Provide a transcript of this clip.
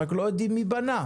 רק שלא יודעים מי בנה.